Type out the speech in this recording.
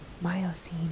Miocene